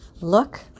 look